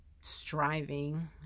striving